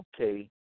Okay